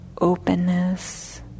openness